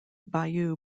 bayou